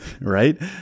right